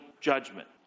judgment